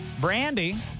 Brandy